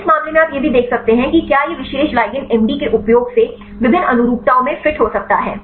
इस मामले में आप यह भी देख सकते हैं कि क्या यह विशेष ligand MD के उपयोग से विभिन्न अनुरूपताओं में फिट हो सकता है